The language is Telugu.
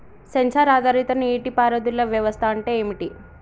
సెన్సార్ ఆధారిత నీటి పారుదల వ్యవస్థ అంటే ఏమిటి?